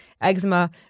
eczema